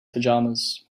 pajamas